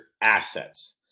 assets